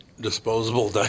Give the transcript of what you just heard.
disposable